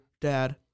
Dad